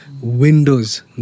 windows